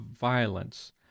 violence